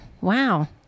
wow